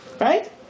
Right